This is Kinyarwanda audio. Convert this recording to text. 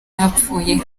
yapfuye